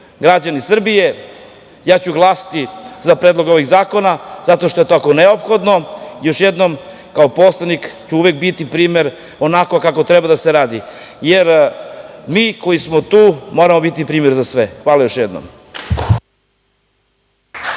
građani Srbije, ja ću glasati za predlog ovih zakona, zato što je tako neophodno, još jednom, kao poslanik ću uvek biti primer onako kako treba da se radi, jer mi koji smo tu moramo biti primer za sve. Hvala još jednom.